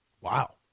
Wow